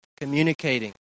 communicating